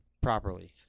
properly